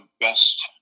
best